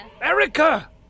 Erica